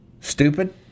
stupid